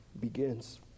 begins